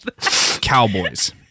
Cowboys